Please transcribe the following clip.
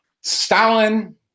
Stalin